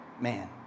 man